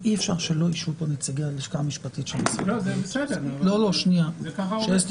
יש כאן מצב שילד בגיל שלוש לא יכול